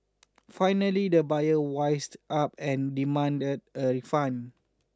finally the buyer wised up and demanded a refund